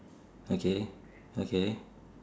okay okay